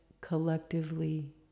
collectively